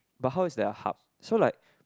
but how is there hub so like